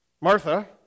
Martha